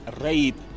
rape